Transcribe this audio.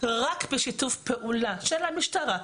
רק בשיתוף פעולה של המשטרה,